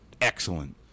excellent